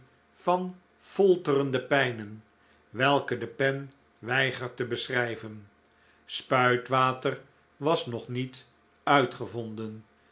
van folterende pijnen welke de pen weigert te beschrijven spuitwater was nog niet uitgevonden